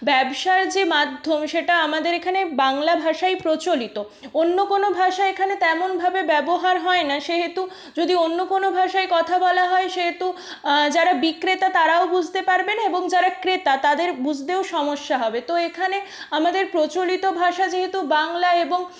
ব্যবসার যে মাধ্যম সেটা আমাদের এখানে বাংলা ভাষাই প্রচলিত অন্য কোনও ভাষা এখানে তেমনভাবে ব্যবহার হয় না সেহেতু যদি অন্য কোনও ভাষায় কথা বলা হয় সেহেতু যারা বিক্রেতা তারাও বুঝতে পারবে না এবং যারা ক্রেতা তাদের বুঝতেও সমস্যা হবে তো এখানে আমাদের প্রচলিত ভাষা যেহেতু বাংলা এবং